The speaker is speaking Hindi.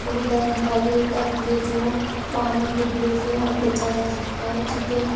सुविधाएं निकाली ताकि यह जो वाहनों के धुएं से और बचा जा सकता है जितने